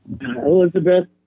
Elizabeth